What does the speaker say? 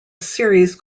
series